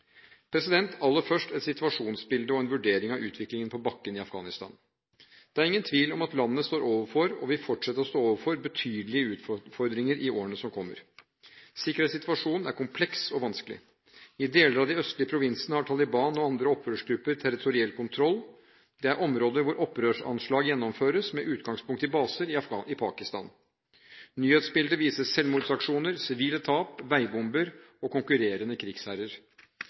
Aller først et situasjonsbilde og en vurdering av utviklingen på bakken i Afghanistan: Det er ingen tvil om at landet står overfor – og vil fortsette å stå overfor – betydelige utfordringer i årene som kommer. Sikkerhetssituasjonen er kompleks og vanskelig. I deler av de østlige provinsene har Taliban og andre opprørsgrupper territoriell kontroll; det er områder hvor opprørsanslag gjennomføres med utgangspunkt i baser i Pakistan. Nyhetsbildet viser selvmordsaksjoner, sivile tap, veibomber og konkurrerende